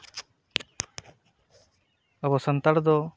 ᱟᱵᱚ ᱥᱟᱱᱛᱟᱲ ᱫᱚ